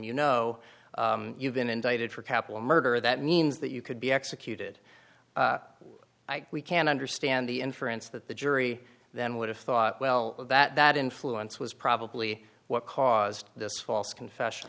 you know you've been indicted for capital murder that means that you could be executed we can understand the inference that the jury then would have thought well that that influence was probably what caused this false confession